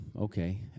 okay